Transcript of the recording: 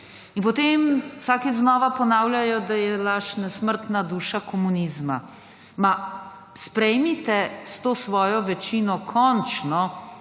In potem vsakič znova ponavljajo, da je laž nesmrtna duša komunizma. Sprejmite s to svojo večino končno